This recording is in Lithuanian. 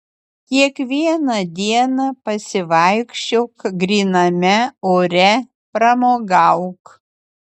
kiekvieną dieną pasivaikščiok gryname ore pramogauk